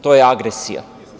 To je agresija.